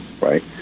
right